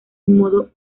modo